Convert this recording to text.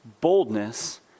boldness